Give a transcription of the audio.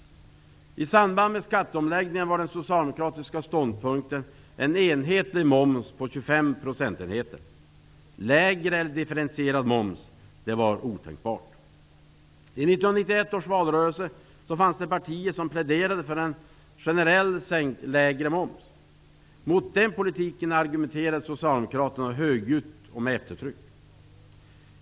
I samband med skatteomläggningen var den socialdemokratiska ståndpunkten att det skulle vara en enhetlig moms på 25 procentenheter. Det var otänkbart med en lägre eller differentierad moms. I 1991 års valrörelse fanns det partier som pläderade för en sänkt generell moms. Mot den politiken argumenterade Socialdemokraterna högljutt och med eftertryck.